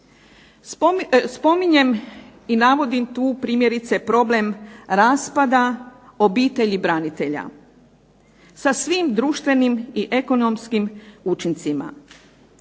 Spominjem i navodim tu primjerice problem raspada obitelji branitelja, sa svim društvenim i ekonomskim učincima.